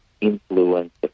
influence